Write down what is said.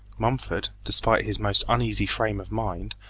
mumford, despite his most uneasy frame of mind,